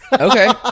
Okay